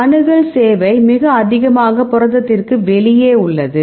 அணுகல் சேவை மிக அதிகமாக புரதத்திற்கு வெளியே உள்ளது